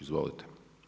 Izvolite.